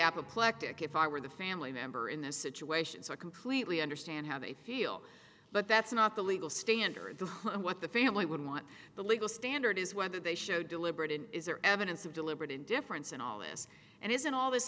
apoplectic if i were the family member in this situation so i completely understand how they feel but that's not the legal standard the what the family would want the legal standard is whether they show deliberate in is there evidence of deliberate indifference in all this and isn't all this